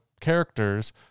characters